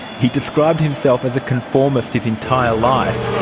he described himself as a conformist his entire life.